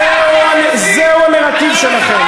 זהו הנרטיב שלכם.